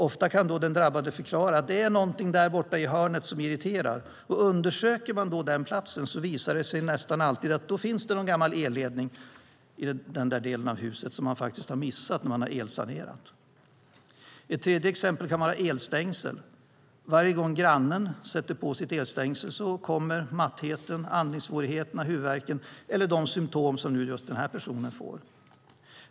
Ofta kan då den drabbade förklara att det är någonting borta i ett hörn som irriterar, och om man då undersöker den platsen visar det sig nästan alltid att det finns någon gammal elledning i den delen av huset som man har missat när man elsanerat. Ett tredje exempel är elstängsel. Varje gång grannen sätter på sitt elstängsel kommer mattheten, andningssvårigheterna och huvudvärken, eller de symtom som just denna person får.